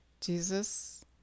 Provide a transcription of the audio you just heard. Jesus